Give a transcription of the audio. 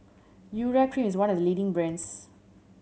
Urea Cream is one of the leading brands